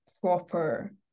proper